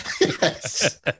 Yes